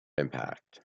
impact